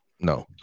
No